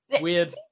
weird